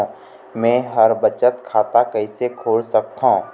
मै ह बचत खाता कइसे खोल सकथों?